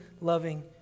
loving